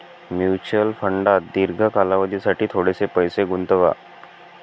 mutual फंडात दीर्घ कालावधीसाठी थोडेसे पैसे गुंतवा